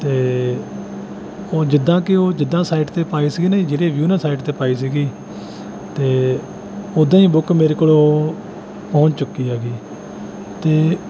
ਅਤੇ ਉਹ ਜਿੱਦਾਂ ਕਿ ਉਹ ਜਿੱਦਾਂ ਸਾਈਟ 'ਤੇ ਪਾਈ ਸੀਗੀ ਨਾ ਜਿਹੜੇ ਵਿਊ ਨਾਲ ਸਾਈਟ 'ਤੇ ਪਾਈ ਸੀਗੀ ਅਤੇ ਉੱਦਾਂ ਹੀ ਬੁੱਕ ਮੇਰੇ ਕੋਲ ਉਹ ਪਹੁੰਚ ਚੁੱਕੀ ਹੈਗੀ ਅਤੇ